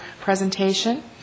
presentation